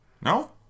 No